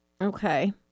Okay